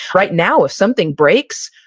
right now, if something breaks,